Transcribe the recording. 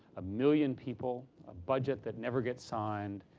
a million people, a budget that never gets signed,